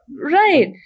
Right